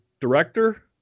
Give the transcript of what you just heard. director